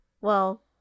Well-